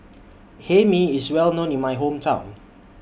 Hae Mee IS Well known in My Hometown